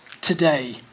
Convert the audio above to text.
today